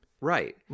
Right